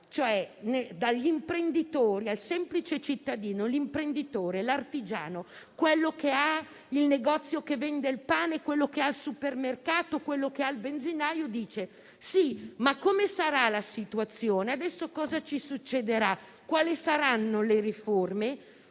paura, dagli imprenditori al semplice cittadino: l'imprenditore, l'artigiano, quello che ha il negozio che vende il pane, quello che ha il supermercato o il benzinaio si chiedono come sarà la situazione, cosa succederà e quali saranno le riforme.